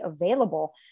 available